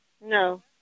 No